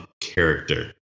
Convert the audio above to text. character